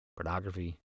pornography